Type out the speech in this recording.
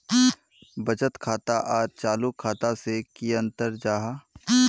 बचत खाता आर चालू खाता से की अंतर जाहा?